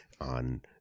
on